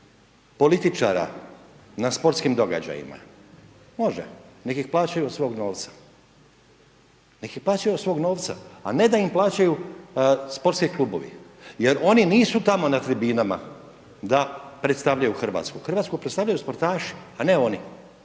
političara na sportskim događajima, može, nek ih plaćaju od svog novca, nek ih plaćaju od svog novca, a ne da im plaćaju sportski klubovi jer oni nisu tamo na tribinama tamo da predstavljaju Hrvatsku, Hrvatsku predstavljaju sportaši, a ne oni,